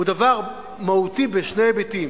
הוא דבר מהותי בשני היבטים.